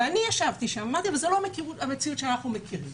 ואני ישבתי שם ואמרתי שזו לא המציאות שאנחנו מכירים.